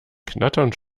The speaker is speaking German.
knatternd